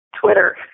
Twitter